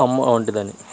అమ్మ వంటిదని